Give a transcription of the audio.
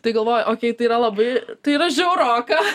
tai galvoji okei tai yra labai tai yra žiauroka